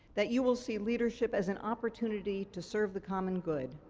that you will see leadership as an opportunity to serve the common good,